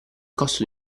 costo